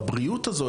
הבריאות הזו,